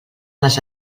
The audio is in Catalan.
les